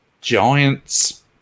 giants